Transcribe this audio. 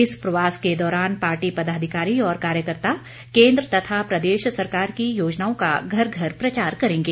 इस प्रवास के दौरान पार्टी पदाधिकारी और कार्यकर्ता केन्द्र तथा प्रदेश सरकार की योजनाओं का घर घर प्रचार करेंगे